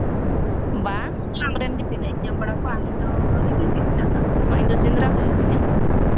ᱵᱟᱝ ᱟᱢ ᱨᱮᱱ ᱜᱮ ᱛᱤᱱᱟᱹᱜ ᱤᱧ ᱧᱟᱢ ᱵᱟᱲᱟ ᱠᱚᱣᱟ ᱟᱢᱫᱚ ᱨᱮ ᱰᱤ ᱴᱷᱤᱠ ᱦᱮᱱᱟᱜ ᱠᱚᱛᱟᱢᱟ ᱤᱧᱫᱚ ᱥᱮᱸᱫᱽᱨᱟ ᱦᱩᱭᱩᱜ ᱛᱤᱧᱟ